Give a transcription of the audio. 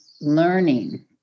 learning